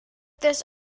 this